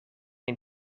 een